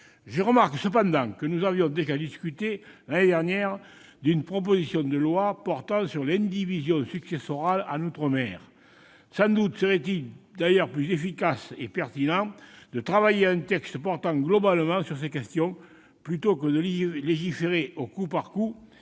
Je remarque que nous avions déjà discuté l'année dernière d'une proposition de loi portant sur l'indivision successorale en outre-mer. Sans doute serait-il d'ailleurs plus efficace et pertinent de travailler à un texte traitant globalement sur ces questions, plutôt que de légiférer au coup par coup,